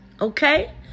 Okay